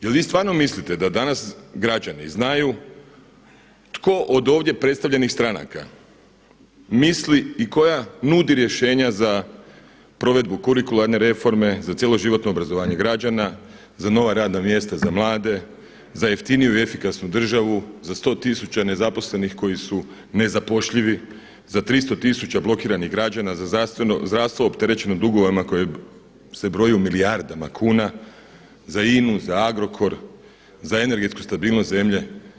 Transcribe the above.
Jel vi stvarno mislite da danas građani znaju tko od ovdje predstavljenih stranaka misli i koja nudi rješenja za provedbu kurikuralne reforme, za cjeloživotno obrazovanje građana, za nova radna mjesta, za mlade, za jeftiniju i efikasnu državu, za 100 tisuća nezaposlenih koji su nezapošljivi, za 300 tisuća blokiranih građana, za zdravstvo opterećeno dugovima koje se broji u milijardama kuna, za INA-u, za Agrokor, za energetsku stabilnost zemlje?